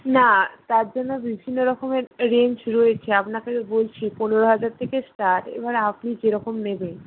না তার জন্য বিভিন্ন রকমের রেঞ্জ রয়েছে আপনাকে তো বলছি পনেরো হাজার থেকে স্টার্ট এবার আপনি যেরকম নেবেন